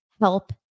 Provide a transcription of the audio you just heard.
help